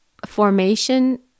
formation